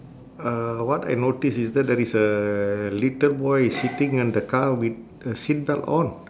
uh what I notice is that there is a little boy sitting on the car with a seat belt on